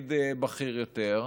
לתפקיד בכיר יותר,